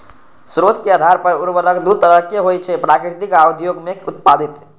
स्रोत के आधार पर उर्वरक दू तरहक होइ छै, प्राकृतिक आ उद्योग मे उत्पादित